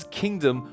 kingdom